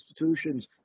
institutions